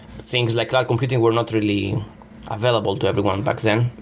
things like cloud computing were not really available to everyone back then.